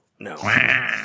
No